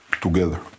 together